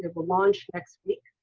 launch next week.